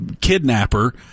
kidnapper